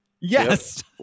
yes